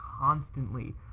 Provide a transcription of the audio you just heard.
constantly